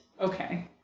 Okay